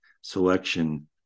selection